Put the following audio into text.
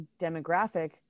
demographic